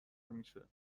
میشه